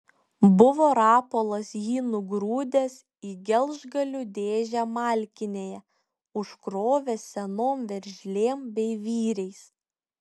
buvo rapolas jį nugrūdęs į gelžgalių dėžę malkinėje užkrovęs senom veržlėm bei vyriais